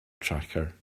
tracker